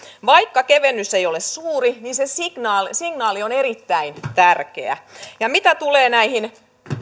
vaikka kevennys ei ole suuri niin se signaali signaali on erittäin tärkeä ja mitä tulee näihin